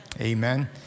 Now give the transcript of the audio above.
Amen